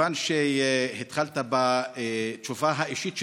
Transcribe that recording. מכיוון שהתחלת בתשובה האישית שלך,